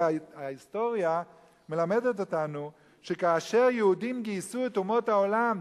כי ההיסטוריה מלמדת אותנו שכאשר יהודים גייסו את אומות העולם,